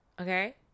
Okay